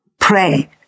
pray